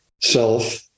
self